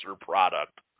product